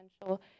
potential